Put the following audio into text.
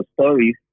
stories